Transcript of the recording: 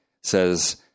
says